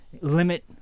limit